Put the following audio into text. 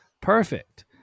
Perfect